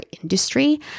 industry